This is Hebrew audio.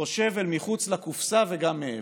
חושב אל מחוץ לקופסה וגם מעבר"